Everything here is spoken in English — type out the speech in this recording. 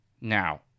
Now